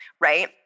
right